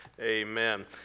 Amen